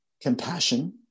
compassion